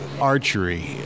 archery